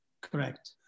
Correct